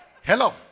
Hello